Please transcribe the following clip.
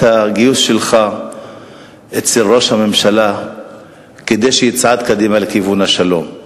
את הגיוס שלך אצל ראש הממשלה כדי שיצעד קדימה לכיוון השלום.